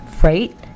freight